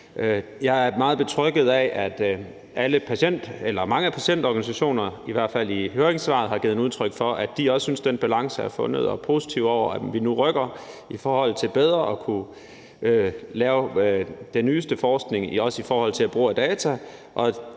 Jeg er meget betrygget af, at mange af patientorganisationerne i hvert fald i høringssvarene har givet udtryk for, at de også synes, at den balance er fundet, og er positive over, at vi nu rykker i forhold til bedre at kunne lave den nyeste forskning også i forhold til brug af data.